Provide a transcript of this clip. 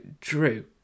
Drew